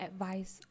advice